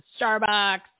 Starbucks